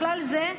בכלל זה,